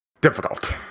difficult